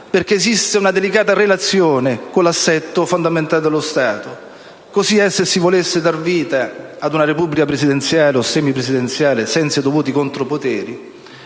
perché esiste una delicata relazione con l'assetto fondamentale dello Stato. Così è se si volesse dar vita ad una Repubblica presidenziale o semipresidenziale senza i dovuti contropoteri.